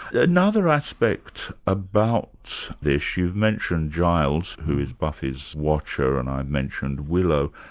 yeah another aspect about this, you've mentioned giles who is buffy's watcher, and i've mentioned willow,